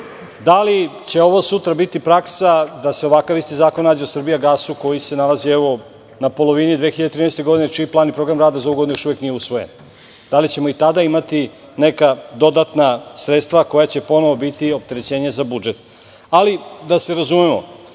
li će ovo sutra biti praksa da se isti ovakav zakon nađe u "Srbijagasu" koji se nalazi na polovini 2013. godine čiji plan i program rada za ovu godinu još uvek nije usvojen, da li ćemo i tada imati dodatna sredstva koja će ponovo biti opterećenje za budžet. Da se razumemo,